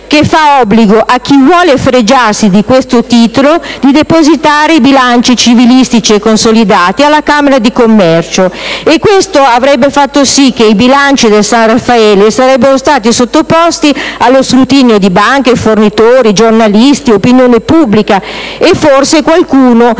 2006 fa obbligo a chi vuole fregiarsi di questo titolo di depositare i bilanci civilistici e consolidati alla Camera di commercio: questo avrebbe fatto sì che i bilanci del San Raffaele fossero sottoposti allo scrutinio di banche, fornitori, giornalisti, opinione pubblica, e forse qualcuno